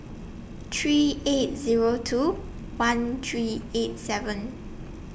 three eight Zero two one three eight seven